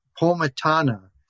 Pomatana